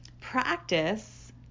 Practice